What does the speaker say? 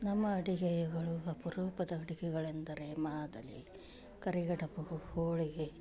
ನಮ್ಮ ಅಡಿಗೆಗಳು ಅಪರೂಪದ ಅಡಿಗೆಗಳೆಂದರೆ ಮಾದಲಿ ಕರಿಗಡಬು ಹೋಳಿಗೆ